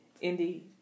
Indeed